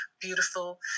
beautiful